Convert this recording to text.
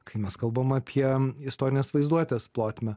kai mes kalbam apie istorinės vaizduotės plotmę